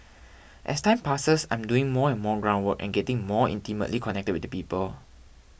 as time passes I'm doing more and more ground work and getting more intimately connected with the people